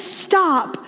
stop